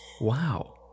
Wow